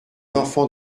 enfants